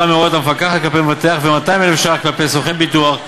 של הוראות המפקחת כלפי מבטח ו-200,000 ש"ח כלפי סוכן ביטוח.